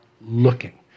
looking